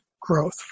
Growth